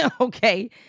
okay